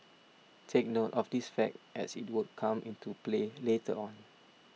take note of this fact as it will come into play later on